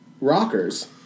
rockers